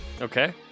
Okay